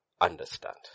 understand